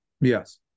Yes